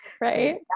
right